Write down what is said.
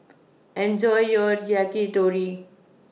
Enjoy your Yakitori